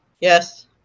Yes